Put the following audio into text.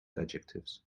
adjectives